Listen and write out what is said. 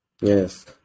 Yes